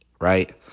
right